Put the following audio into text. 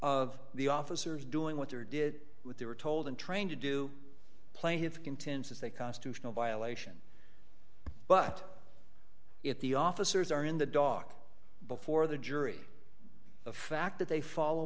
of the officers doing what their did what they were told and trying to do play have contents as a constitutional violation but if the officers are in the dog before the jury the fact that they follow